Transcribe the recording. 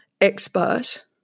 expert